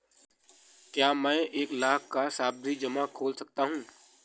क्या मैं एक लाख का सावधि जमा खोल सकता हूँ?